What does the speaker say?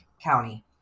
County